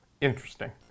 interesting